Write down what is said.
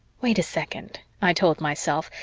wait a second, i told myself,